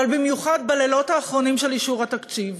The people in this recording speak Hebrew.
אבל במיוחד בלילות האחרונים, של אישור התקציב,